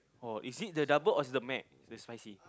oh is it the double or is the McSpicy